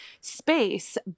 space